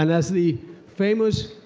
and as the famous.